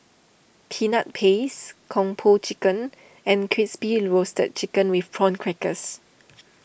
Peanut Paste Kung Po Chicken and Crispy Roasted Chicken with Prawn Crackers